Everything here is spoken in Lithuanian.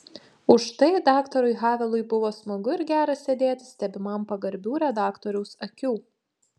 užtai daktarui havelui buvo smagu ir gera sėdėti stebimam pagarbių redaktoriaus akių